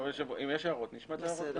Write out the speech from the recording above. אם יש הערות נשמע את ההערות,